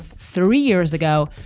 three years ago,